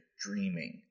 dreaming